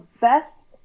best